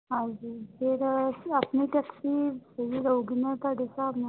ਹਾਂਜੀ ਫਿਰ ਆਪਣੀ ਟੈਕਸੀ ਸਹੀ ਰਹੇਗੀ ਨਾ ਤੁਹਾਡੇ ਹਿਸਾਬ ਨਾਲ